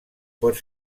pot